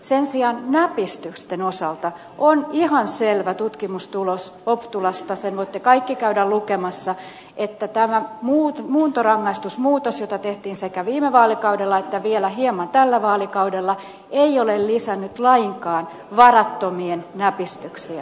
sen sijaan näpistysten osalta on ihan selvä tutkimustulos optulasta sen voitte kaikki käydä lukemassa että tämä muuntorangaistusmuutos jota tehtiin sekä viime vaalikaudella että vielä hieman tällä vaalikaudella ei ole lisännyt lainkaan varattomien näpistyksiä